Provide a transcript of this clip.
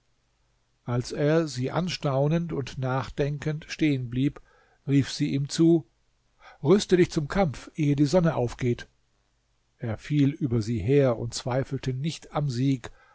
als er sie anstaunend und nachdenkend stehenblieb rief sie ihm zu rüste dich zum kampf ehe die sonne aufgeht er fiel über sie her und zweifelte nicht am sieg